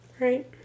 Right